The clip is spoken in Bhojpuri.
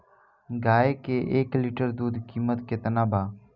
गाय के एक लीटर दूध कीमत केतना बा?